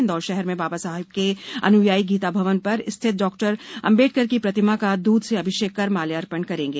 इंदौर शहर में बाबा साहेब के अनुयायी गीता भवन पर स्थित डॉ आंबेडकर की प्रतिमा का दूध से अभिषेक कर माल्यापर्ण करेंगे